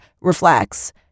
reflects